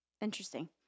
Interesting